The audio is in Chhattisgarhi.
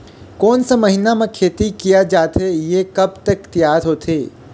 कोन सा महीना मा खेती किया जाथे ये कब तक तियार होथे?